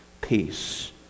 peace